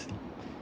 sleep